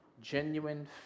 Genuine